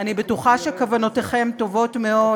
אני בטוחה שכוונותיכם טובות מאוד,